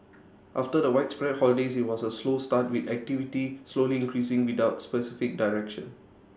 after the widespread holidays IT was A slow start with activity slowly increasing without specific direction